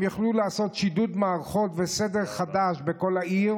הם יכלו לעשות שידוד מערכות וסדר חדש בכל העיר,